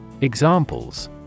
Examples